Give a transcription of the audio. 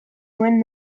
nuen